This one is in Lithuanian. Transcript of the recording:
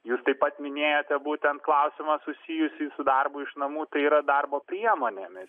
jūs taip pat minėjote būtent klausimą susijusį su darbu iš namų tai yra darbo priemonėmis